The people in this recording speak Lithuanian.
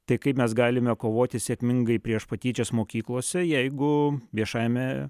tai kaip mes galime kovoti sėkmingai prieš patyčias mokyklose jeigu viešajame